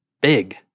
big